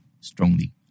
strongly